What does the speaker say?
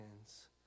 hands